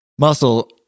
Muscle